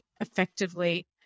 effectively